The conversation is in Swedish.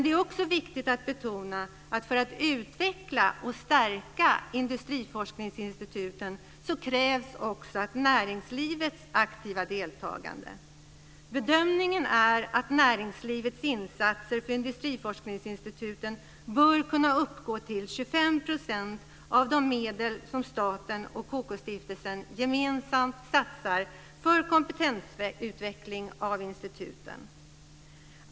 Det är också viktigt att betona att för att utveckla och stärka industriforskningsinstituten krävs näringslivets aktiva deltagande. Bedömningen är att näringslivets insatser för industriforskningsinstituten bör kunna uppgå till 25 % av de medel som staten och KK-stiftelsen gemensamt satsar för kompetensutveckling av instituten.